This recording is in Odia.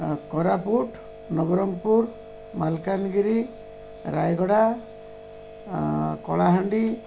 କୋରାପୁଟ ନବରଙ୍ଗପୁର ମାଲକାନଗିରି ରାୟଗଡ଼ା କଳାହାଣ୍ଡି